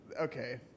Okay